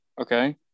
okay